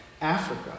Africa